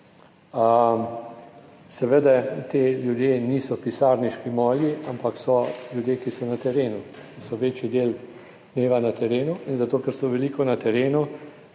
seveda ti ljudje niso pisarniški molji, ampak so ljudje, ki so na terenu, ki so večji del dneva na terenu in zato, ker so veliko na terenu,